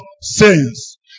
sins